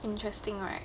interesting right